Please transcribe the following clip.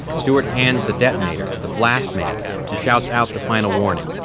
stuart hands the detonator to the blast man who shouts out the final warning